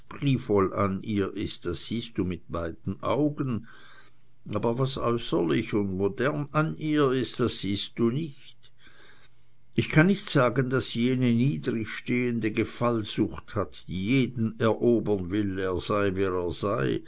an ihr ist das siehst du mit beiden augen aber was äußerlich und modern an ihr ist das siehst du nicht ich kann nicht sagen daß sie jene niedrigstehende gefallsucht hat die jeden erobern will er sei wer er sei